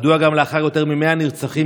מדוע גם לאחר יותר מ-100 נרצחים,